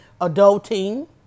adulting